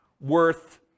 worth